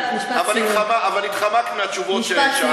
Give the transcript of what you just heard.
אבל התחמקת מהשאלות ששאלתי.